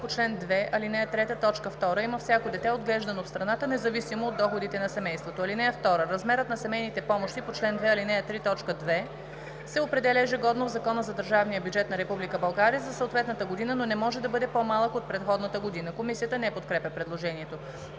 по чл. 2, ал. 3, т. 2 има всяко дете, отглеждано в страната, независимо от доходите на семейството. (2) Размерът на семейните помощи по чл. 2, ал. 3, т. 2 се определя ежегодно в Закона за държавния бюджет на Република България за съответната година, но не може да бъде по-малък от предходната година.“ Комисията не подкрепя предложението.